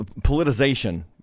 politicization